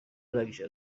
arangije